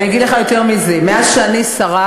אני רוצה להגיד לך יותר מזה: מאז שאני שרה,